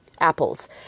apples